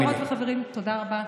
חברות וחברים, תודה רבה.